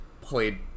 played